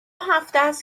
هفتست